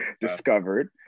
discovered